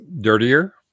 dirtier